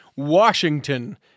Washington